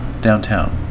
downtown